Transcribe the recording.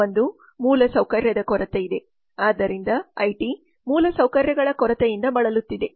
ಒಂದು ಮೂಲಸೌಕರ್ಯದ ಕೊರತೆಯಿದೆ ಆದ್ದರಿಂದ ಐಟಿ ಮೂಲಸೌಕರ್ಯಗಳ ಕೊರತೆಯಿಂದ ಬಳಲುತ್ತಿದೆ